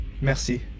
Merci